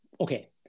okay